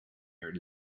your